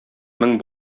мең